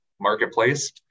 marketplace